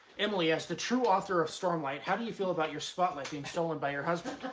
emily, as the true author of stormlight, how do you feel about your spotlight being stolen by your husband.